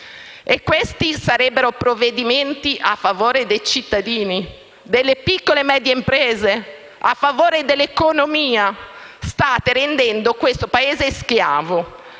questi sarebbero provvedimenti a favore dei cittadini e delle piccole e medie imprese, a favore dell'economia? State rendendo questo Paese schiavo: